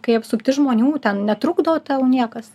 kai apsuptis žmonių ten netrukdo tau niekas